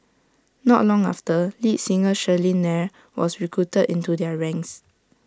not long after lead singer Shirley Nair was recruited into their ranks